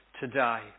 today